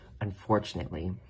unfortunately